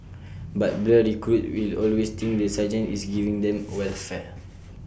but blur recruits will always think the sergeant is giving them welfare